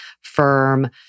firm